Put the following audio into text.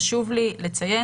חשוב לי לציין